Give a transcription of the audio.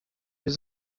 wir